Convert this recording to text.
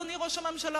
אדוני ראש הממשלה,